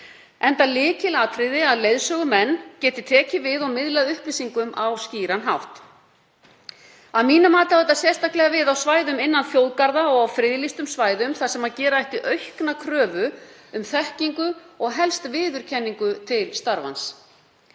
enda lykilatriði að leiðsögumenn geti tekið við og miðlað upplýsingum á skýran hátt. Að mínu mati á þetta sérstaklega við á svæðum innan þjóðgarða og á friðlýstum svæðum þar sem gera ætti aukna kröfu um þekkingu og helst viðurkenningu til starfans.